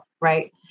right